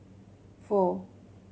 four